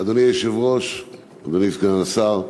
אדוני היושב-ראש, אדוני סגן השר,